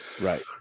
right